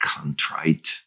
contrite